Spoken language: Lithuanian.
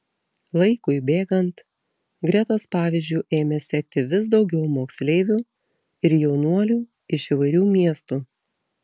laikui bėgant gretos pavyzdžiu ėmė sekti vis daugiau moksleivių ir jaunuolių iš įvairių miestų